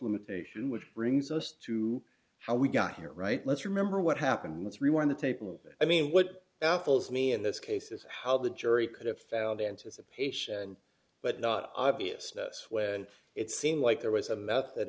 limitation which brings us to how we got here right let's remember what happened let's rewind the tape move i mean what baffles me in this case is how the jury could have found anticipation but not obvious this way and it seemed like there was a method